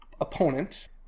opponent